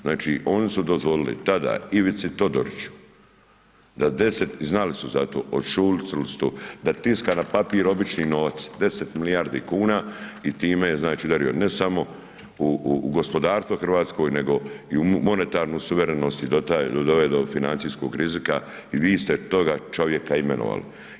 Znači, oni su dozvolili tada Ivici Todoriću da 10, znali su za to, … [[Govornik se ne razumije]] da tiskara papir obični novac 10 milijardi kuna i time je, znači, udario ne samo u gospodarstvo hrvatsko, nego i u monetarnu suverenost i doveo do financijskog rizika i vi ste toga čovjeka imenovali.